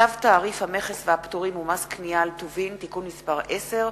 צו תעריף המכס והפטורים ומס קנייה על טובין (תיקון מס' 10),